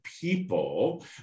people